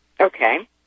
Okay